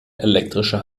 elektrischer